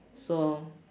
so